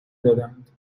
دادهاند